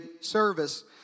service